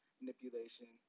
manipulation